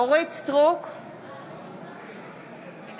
אינה